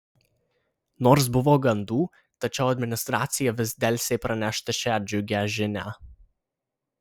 nors buvo gandų tačiau administracija vis delsė pranešti šią džiugią žinią